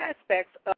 aspects